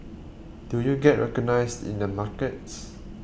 do you get recognised in the markets